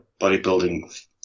bodybuilding